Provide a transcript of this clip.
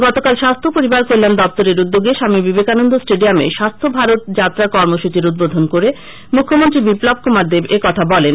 গতকাল স্বাস্থ্য ও পরিবার কল্যাণ দপ্তরের উদ্যোগে স্বামী বিবেকানন্দ স্টেডিয়ামে স্বাস্থ্য ভারত যাত্রা কর্মসুচির উদ্বোধন করে মুখ্যমন্ত্রী বিপ্লব কুমার দেব একথা বলেন